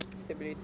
stability